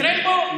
קרמבו?